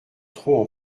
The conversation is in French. trop